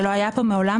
שלא היה פה מעולם,